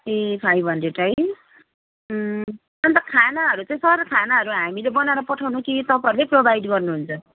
ए five hundred है अन्त खानाहरू चाहिँ सर खानाहरू हामीले बनाएर पठाउनु कि तपाईँहरूले प्रोभाइड गर्नुहुन्छ